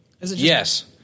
Yes